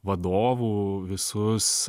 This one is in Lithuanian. vadovų visus